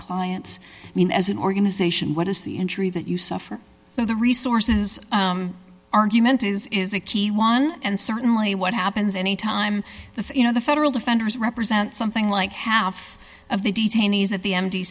clients i mean as an organization what is the injury that you suffer from the resources argument is a key one and certainly what happens any time you know the federal defenders represent something like half of the detainees at the m d